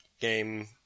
game